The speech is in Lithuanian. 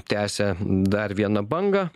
tęsia dar vieną bangą